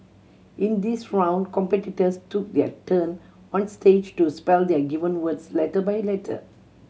in this round competitors took their turn on stage to spell their given words letter by letter